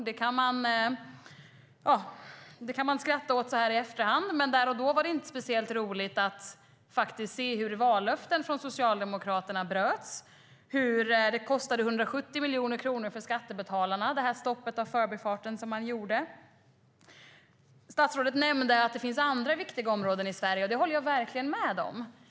Det kan man skratta åt så här i efterhand, men där och då var det inte speciellt roligt att ser hur vallöften från Socialdemokraterna bröts och hur stoppet kostade skattebetalarna 170 miljoner kronor. Statsrådet nämnde att det finns andra viktiga områden i Sverige, och det håller jag verkligen med om.